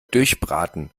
durchbraten